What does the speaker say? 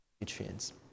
nutrients